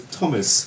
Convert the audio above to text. Thomas